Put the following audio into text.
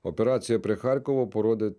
operacija prie charkovo parodė